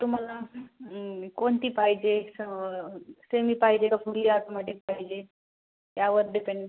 तुम्हाला कोणती पाहिजे स सेमी पाहिजे का फुल्ली आटोमॅटीक पाहिजे यावर डिपेंड